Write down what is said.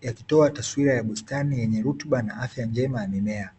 yakitoa taswira ya bustani yenye rutuba na afya njema ya mimea.